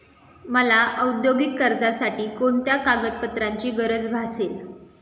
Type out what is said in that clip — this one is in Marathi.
मला औद्योगिक कर्जासाठी कोणत्या कागदपत्रांची गरज भासेल?